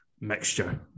mixture